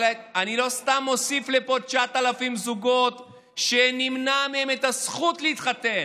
אבל אני לא סתם מוסיף לפה 9,000 זוגות שנמנעת מהם הזכות להתחתן.